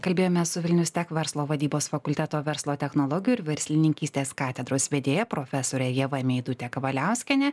kalbėjome su vilnius tech verslo vadybos fakulteto verslo technologijų ir verslininkystės katedros vedėja profesore ieva meidute kavaliauskiene